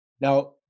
Now